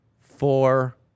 Four